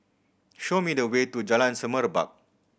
show me the way to Jalan Semerbak